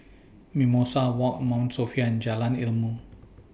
Mimosa Walk Mount Sophia and Jalan Ilmu